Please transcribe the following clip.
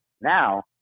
now